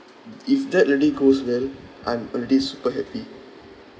if that really goes well I'm already super happy